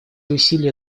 усилия